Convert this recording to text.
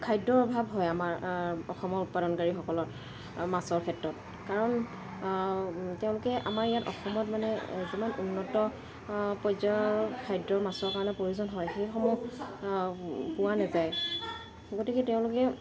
খাদ্যৰ অভাৱ হয় আমাৰ অসমৰ উৎপাদনকাৰীসকলৰ মাছৰ ক্ষেত্ৰত কাৰণ তেওঁলোকে আমাৰ ইয়াত অসমত মানে যিমান উন্নত পৰ্যায়ৰ খাদ্যৰ মাছৰ কাৰণে প্ৰয়োজন হয় সেইসমূহ পোৱা নাযায় গতিকে তেওঁলোকে